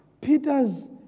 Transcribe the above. Peter's